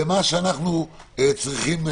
במה שנוכל לעזור,